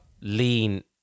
lean